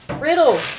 Riddle